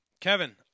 Kevin